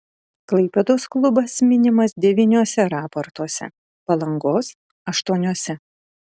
klaipėdos klubas minimas devyniuose raportuose palangos aštuoniuose